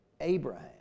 Abraham